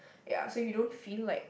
ya so you don't feel like